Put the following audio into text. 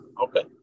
okay